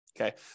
Okay